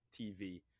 TV